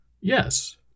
Yes